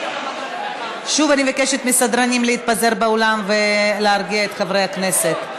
שוב אני מבקשת מהסדרנים להתפזר באולם ולהרגיע את חברי הכנסת.